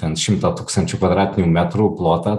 ten šimtą tūkstančių kvadratinių metrų plotą